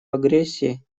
агрессии